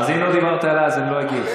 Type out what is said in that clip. אז אם לא דיברת עליי אני לא אגיד.